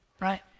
right